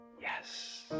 Yes